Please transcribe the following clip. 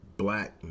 black